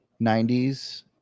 90s